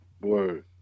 Word